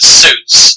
suits